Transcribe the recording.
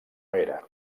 era